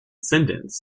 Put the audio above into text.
descendants